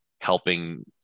helping